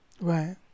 Right